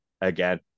again